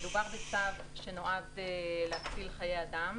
מדובר בצו שנועד להציל חיי אדם.